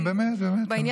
כן, באמת, באמת.